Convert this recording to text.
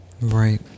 Right